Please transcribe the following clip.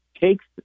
takes